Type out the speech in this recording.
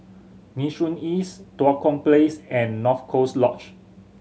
Nee Soon East Tua Kong Place and North Coast Lodge